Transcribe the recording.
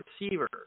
receiver